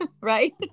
right